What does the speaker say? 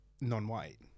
non-white